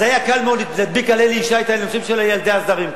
אז היה קל מאוד להדביק על אלי ישי את הנושא של ילדי הזרים.